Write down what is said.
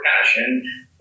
passion